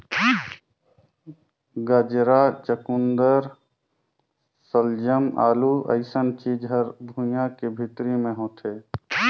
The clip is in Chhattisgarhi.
गाजरा, चकुंदर सलजम, आलू अइसन चीज हर भुइंयां के भीतरी मे होथे